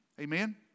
Amen